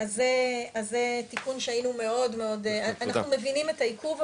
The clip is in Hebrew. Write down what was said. אז זה תיקון שאנחנו מבינים את העיכוב,